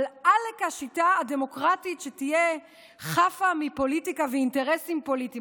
אבל עלק השיטה הדמוקרטית שתהיה חפה מפוליטיקה ואינטרסים פוליטיים.